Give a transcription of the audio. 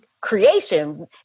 creation